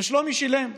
ושלומי שילם.